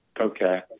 Okay